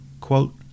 Quote